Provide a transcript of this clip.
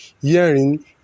hearing